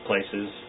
places